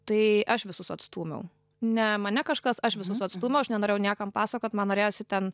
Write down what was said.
tai aš visus atstūmiau ne mane kažkas aš visus atstūmiau aš nenorėjau niekam pasakot man norėjosi ten